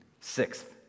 Sixth